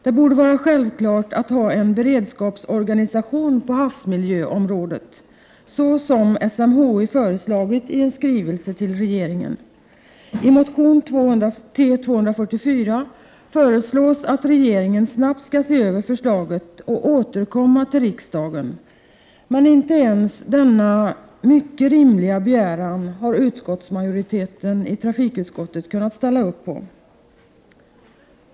Det borde vara självklart att ha en beredskapsorganisation på havsmiljöområdet, såsom SMHI föreslagit i en skrivelse till regeringen. I motion T244 föreslås att regeringen snabbt skall se över förslaget och återkomma till riksdagen. Men inte heller denna mycket rimliga begäran har trafikutskottets majoritet kunnat ställa upp för.